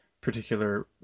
particular